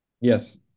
Yes